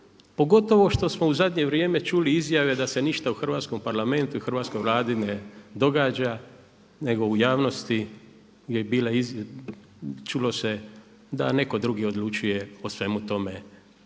pogotovo što smo u zadnje vrijeme čuli izjave da se ništa u Hrvatskom parlamentu i Hrvatskoj vladi ne događa nego u javnosti čulo se da neko drugi odlučuje o svemu tome